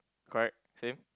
correct same